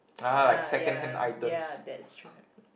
ya ya ya that's true